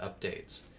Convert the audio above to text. Updates